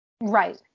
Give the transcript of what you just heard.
Right